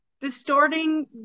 distorting